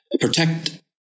protect